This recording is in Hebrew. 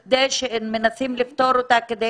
ומנסים לפתור אותה כדי